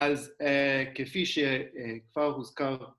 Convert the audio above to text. ‫אז כפי שכבר הוזכר